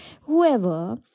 whoever